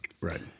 Right